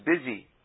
busy